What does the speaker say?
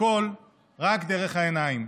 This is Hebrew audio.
הכול רק דרך העיניים,